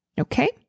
Okay